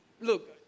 look